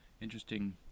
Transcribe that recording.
interesting